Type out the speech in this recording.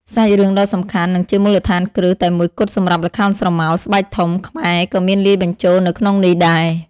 សាច់រឿងដ៏សំខាន់ និងជាមូលដ្ឋានគ្រឹះតែមួយគត់សម្រាប់ល្ខោនស្រមោល ស្បែកធំ ខ្មែរក៏មានលាយបញ្ជូលនៅក្នុងនេះដែរ ។